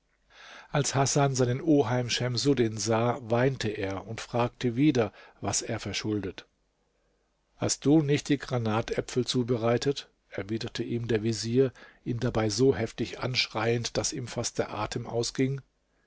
als hasan seinen oheim schemsuddin sah weinte er und fragte wieder was er verschuldet hast du nicht die granatäpfel zubereitet erwiderte ihm der vezier ihn dabei so heftig anschreiend daß ihm fast der atem ausging